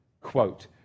quote